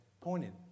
pointed